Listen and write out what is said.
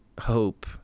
hope